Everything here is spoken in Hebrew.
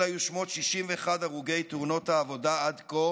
אלו היו שמות 61 הרוגי תאונות העבודה עד כה